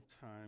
time